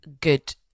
good